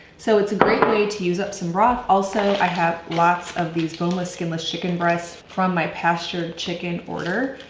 so it's a great way to use up some broth, also i have lots of these boneless, skinless chicken breasts from my pastured chicken order.